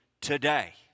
today